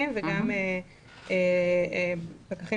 לעומת